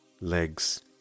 legs